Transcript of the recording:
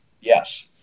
Yes